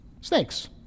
Snakes